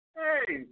hey